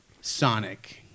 Sonic